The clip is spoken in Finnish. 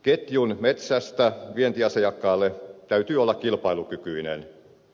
ketjun metsästä vientiasiakkaalle täytyy olla kilpailukykyinen